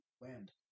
land